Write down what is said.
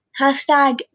Hashtag